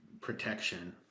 protection